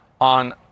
on